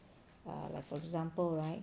err like for example right